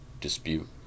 dispute